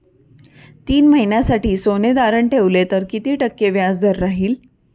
तीन महिन्यासाठी सोने तारण ठेवले तर किती टक्के व्याजदर राहिल?